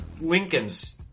Lincoln's